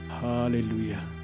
Hallelujah